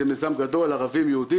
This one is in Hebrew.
זה מיזם גדול, ערבים ויהודים.